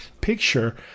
picture